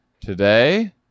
today